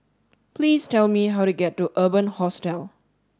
please tell me how to get to Urban Hostel